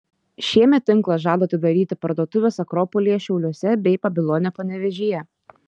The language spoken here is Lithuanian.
šiemet tinklas žada atidaryti parduotuves akropolyje šiauliuose bei babilone panevėžyje